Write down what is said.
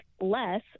less